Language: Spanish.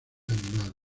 animado